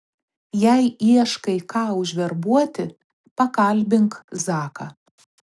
jei ieškai ką užverbuoti pakalbink zaką